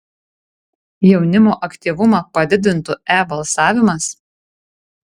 jaunimo aktyvumą padidintų e balsavimas